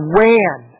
ran